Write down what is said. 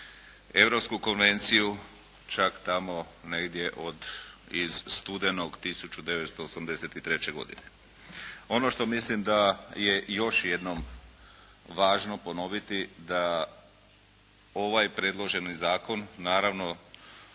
Europsku konvenciju, čak tamo negdje iz studenog 1983. godine. Ono što mislim da je još jednom važno ponoviti da ovaj predloženi zakon, naravno